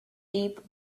deep